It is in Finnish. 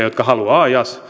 jotka haluavat ajaa